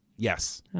Yes